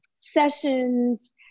sessions